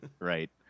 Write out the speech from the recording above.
Right